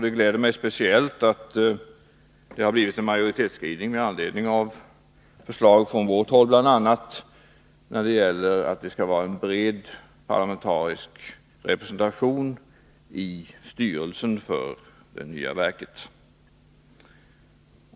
Det gläder mig speciellt att det har blivit en majoritetsskrivning med anledning av förslag från vårt håll, bl.a. när det gäller att det skall vara en bred parlamentarisk representation i styrelsen för det nya verket.